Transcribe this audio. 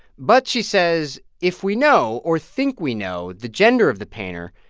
but, she says, if we know or think we know the gender of the painter,